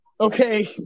okay